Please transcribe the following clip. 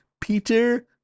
Peter